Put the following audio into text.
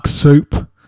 Soup